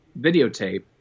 videotape